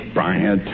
Brian